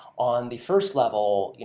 on the first level,